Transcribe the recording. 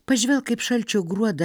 pažvelk kaip šalčio gruodą